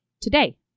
today